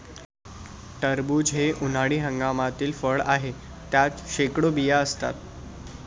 टरबूज हे उन्हाळी हंगामातील फळ आहे, त्यात शेकडो बिया असतात